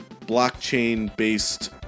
blockchain-based